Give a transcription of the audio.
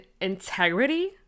integrity